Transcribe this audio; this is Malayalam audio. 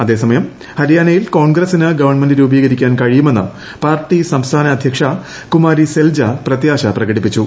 അതേസമയം ഹരിയാനയിൽ കോൺഗ്രസിന് ഗവൺമെന്റ് രൂപീകരിക്കാൻ കഴിയുമെന്ന് പാർട്ടി സംസ്ഥാന അദ്ധ്യക്ഷ കുമാരി സെൽജ പ്രത്യാശ പ്രകടിപ്പിച്ചു